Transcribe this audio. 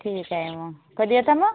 ठीक आहे मग कधी येता मग